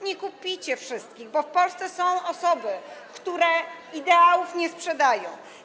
Nie kupicie wszystkich, bo są w Polsce osoby, które ideałów nie sprzedadzą.